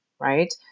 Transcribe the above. right